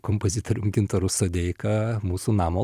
kompozitorium gintaru sodeika mūsų namo